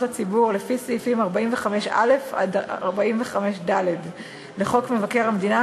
הציבור לפי סעיפים 45א 45ד לחוק מבקר המדינה,